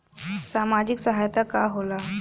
सामाजिक सहायता का होला?